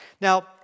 Now